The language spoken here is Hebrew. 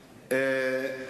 שלך,